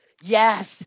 Yes